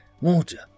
water